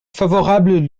favorable